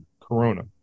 corona